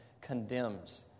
condemns